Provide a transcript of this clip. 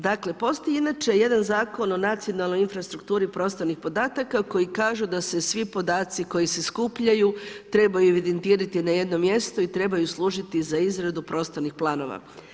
Dakle, postoji inače jedan Zakon o nacionalnoj infrastrukturi prostornih podataka koji kaže da se svi podaci koji se skupljaju trebaju evidentirati na jednom mjestu i trebaju služiti za izradu prostornih planova.